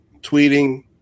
tweeting